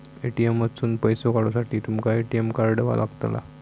ATM मधसून पैसो काढूसाठी तुमका ए.टी.एम कार्ड लागतला